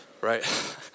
right